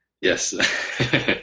Yes